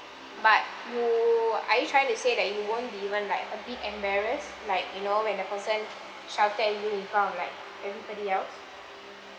but !woo! are you trying to say that you won't be even like a bit embarrass like you know when the person shouted at you in front of like everybody else